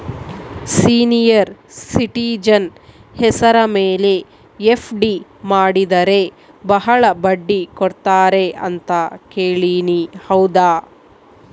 Senior citizen ಹೆಸರ ಮೇಲೆ FD ಮಾಡಿದರೆ ಬಹಳ ಬಡ್ಡಿ ಕೊಡ್ತಾರೆ ಅಂತಾ ಕೇಳಿನಿ ಹೌದಾ?